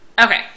Okay